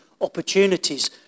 opportunities